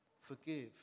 forgive